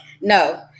No